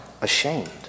ashamed